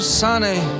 sunny